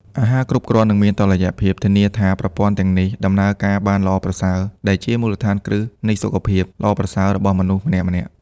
អាហារគ្រប់គ្រាន់ និងមានតុល្យភាព ធានាថាប្រព័ន្ធទាំងនេះដំណើរការបានល្អប្រសើរ ដែលជា មូលដ្ឋានគ្រឹះនៃសុខភាព ល្អប្រសើររបស់មនុស្សម្នាក់ៗ។